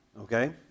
okay